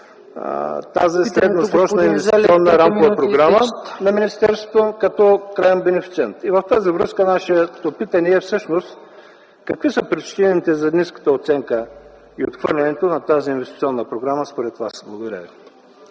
тази средносрочна инвестиционна рамкова програма на министерството като краен бенефициент. В тази връзка нашето питане е: Всъщност какви са причините за ниската оценка и отхвърлянето на тази инвестиционна програма, според Вас? Благодаря ви.